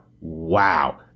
wow